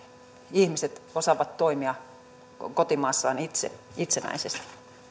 ihmiset osaavat toimia kotimaassaan itsenäisesti